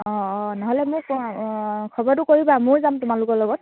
অ' অ' নহ'লে মোক খবৰটো কৰিবা মইও যাম তোমালোকৰ লগত